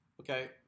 okay